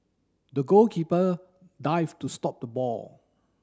the goalkeeper dived to stop the ball